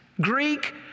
Greek